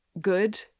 good